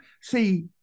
See